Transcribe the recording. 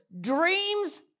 dreams